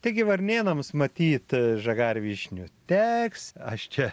taigi varnėnams matyt žagarvyšnių teks aš čia